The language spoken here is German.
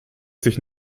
sich